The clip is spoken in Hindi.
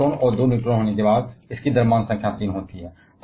एक प्रोटॉन और 2 न्यूट्रॉन होने के बाद इसकी द्रव्यमान संख्या 3 होती है